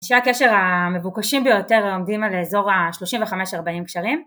אנשי הקשר המבוקשים ביותר עומדים על האזור ה35-40 קשרים